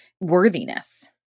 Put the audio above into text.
worthiness